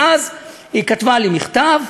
ואז היא כתבה לי מכתב.